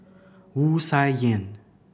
Wu Tsai Yen